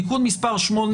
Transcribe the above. תיקון מס' 8,